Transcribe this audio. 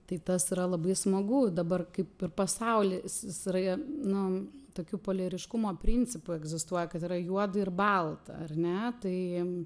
tai tas yra labai smagu dabar kaip ir pasaulis jis yra nu tokiu poliariškumo principu egzistuoja kad yra juoda ir balta ar ne tai